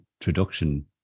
introduction